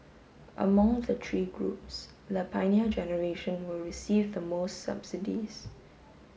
among the three groups the Pioneer Generation will receive the most subsidies